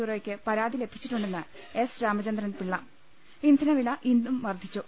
ബ്യൂറോയ്ക്ക് പരാതി ലഭിച്ചിട്ടുണ്ടെന്ന് എസ് രാമചന്ദ്രൻപി ളള ഇന്ധനവില ഇന്നും വർദ്ധിച്ചു